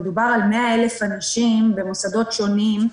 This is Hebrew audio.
מדובר ב-100,000 אנשים במוסדות שונים.